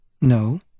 No